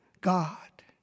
God